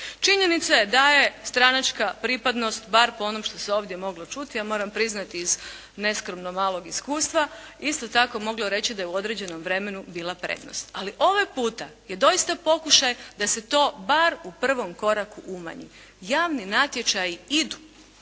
Činjenica je da je stranačka pripadnost bar po onom što se ovdje moglo čuti ja moram priznati iz neskromno malog iskustva isto tako moglo reći da je u određenom vremenu bila prednost. Ali ovaj puta je doista pokušaj da se to bar u prvom koraku umanji. Javni natječaji idu,